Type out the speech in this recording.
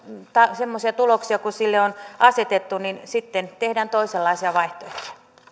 semmoisia tuloksia kuin sille on asetettu niin sitten tehdään toisenlaisia vaihtoehtoja